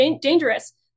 dangerous